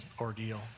ordeal